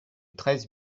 treize